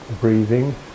breathing